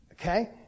Okay